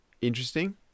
interesting